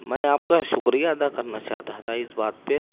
میں آپ کا شکریہ ادا کرنا چاہتا تھا اس بات پہ